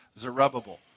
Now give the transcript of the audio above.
Zerubbabel